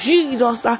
Jesus